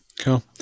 cool